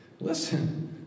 Listen